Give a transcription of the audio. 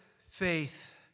faith